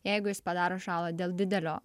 jeigu jis padaro žalą dėl didelio